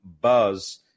buzz